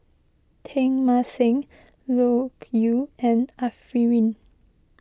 Teng Mah Seng Loke Yew and Arifin